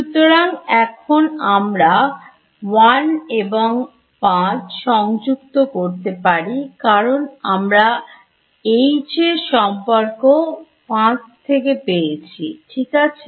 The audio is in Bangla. সুতরাং এখন আমরা 1এবং 5 সংযুক্ত করতে পারি কারণ আমরা H এর সম্পর্ক 5 থেকে পেয়েছি ঠিক আছে